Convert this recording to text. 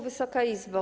Wysoka Izbo!